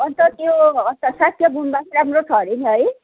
अन्त त्यो अन्त शाक्य गुम्बा पनि राम्रो छ अरे नि है